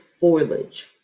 foliage